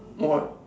no what